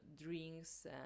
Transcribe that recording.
drinks